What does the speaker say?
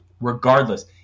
Regardless